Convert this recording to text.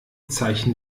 zeichen